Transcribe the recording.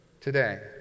today